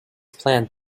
planned